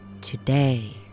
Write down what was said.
Today